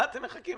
למה אתם מחכים?